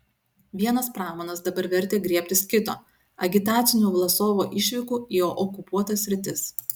vienas pramanas dabar vertė griebtis kito agitacinių vlasovo išvykų į okupuotas sritis